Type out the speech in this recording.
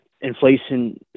inflation